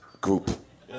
group